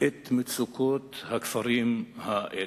את מצוקות הכפרים האלה.